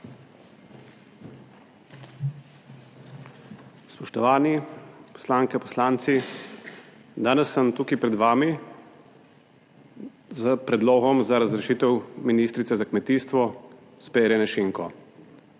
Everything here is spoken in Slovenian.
Spoštovani poslanke, poslanci! Danes sem tukaj pred vami s predlogom za razrešitev ministrice za kmetijstvo, gospe Irene Šinko.